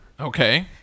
okay